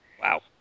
Wow